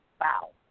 Wow